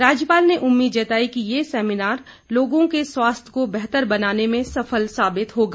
राज्यपाल ने उम्मीद जताई की ये सेमिनार लोगों के स्वास्थ्य को बेहतर बनाने में सफल साबित होगा